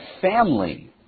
family